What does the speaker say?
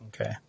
okay